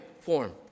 form